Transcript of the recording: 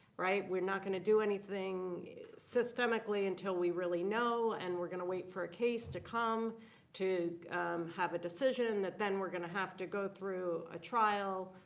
right. we're not going to do anything systemically until we really know. and we're going to wait for a case to come to have a decision that then we're going to have to go through a trial,